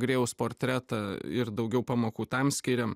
grėjaus portretą ir daugiau pamokų tam skiriam